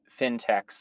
fintechs